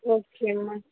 okay ma'am